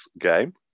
game